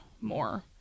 more